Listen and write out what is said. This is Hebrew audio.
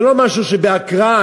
זה לא משהו שבאקראי,